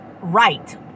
right